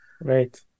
right